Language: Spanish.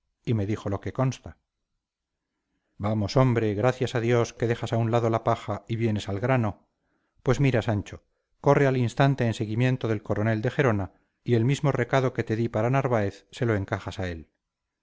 y me dijo lo que consta vamos hombre gracias a dios que dejas a un lado la paja y vienes al grano pues mira sancho corre al instante en seguimiento del coronel de gerona y el mismo recado que te di para narváez se lo encajas a él